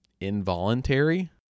involuntary